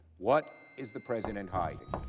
what is the president hiding?